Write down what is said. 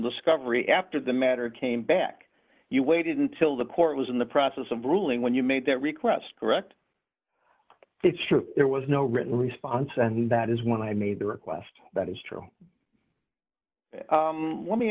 discovery after the matter came back you waited until the court was in the process of ruling when you made that request correct it's true there was no written response and that is when i made the request that is true let me